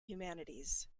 humanities